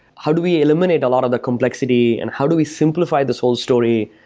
how do we eliminate a lot of the complexity and how do we simplify this whole story?